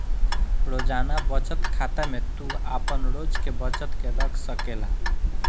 रोजाना बचत खाता में तू आपन रोज के बचत के रख सकेला